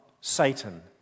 Satan